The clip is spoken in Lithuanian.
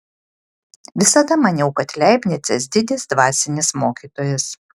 visada maniau kad leibnicas didis dvasinis mokytojas